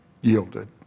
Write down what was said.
yielded